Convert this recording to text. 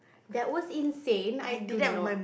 that was insane I do not